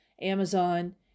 Amazon